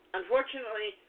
unfortunately